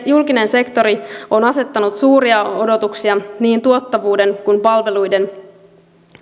julkinen sektori on asettanut suuria odotuksia niin tuottavuuden kuin palveluiden osalle